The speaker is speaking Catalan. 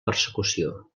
persecució